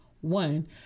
One